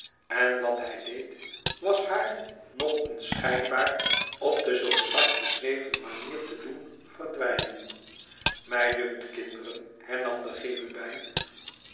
ën wat hij deed was haar nog eens schijnbaar op de zoo straks beschreven manier te doen verdwijnen mij dunkt kinderen hernam de cherubijn